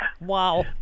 wow